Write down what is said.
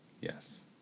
Yes